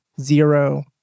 zero